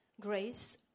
Grace